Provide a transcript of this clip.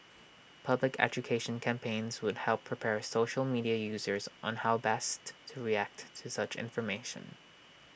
public education campaigns would help prepare social media users on how best to react to such information